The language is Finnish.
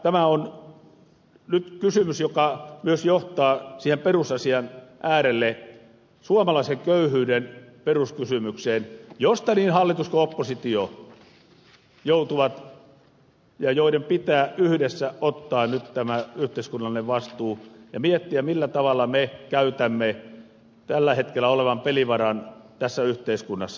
tämä on nyt kysymys joka myös johtaa perusasian äärelle suomalaisen köyhyyden peruskysymykseen josta niin hallitus kuin oppositio joutuvat yhdessä ottamaan nyt tämän yhteiskunnallisen vastuun ja miettimään millä tavalla me käytämme tällä hetkellä olevan pelivaran tässä yhteiskunnassa